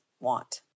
want